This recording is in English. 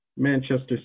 Manchester